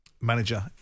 manager